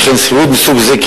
שכן שכירות מסוג זה,